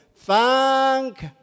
Thank